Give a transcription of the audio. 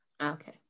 okay